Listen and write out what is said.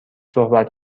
صحبت